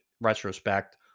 retrospect